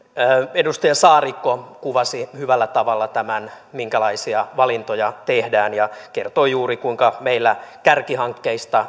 edustaja saarikko kuvasi hyvällä tavalla tämän minkälaisia valintoja tehdään ja kertoi juuri sen kuinka meillä kärkihankkeista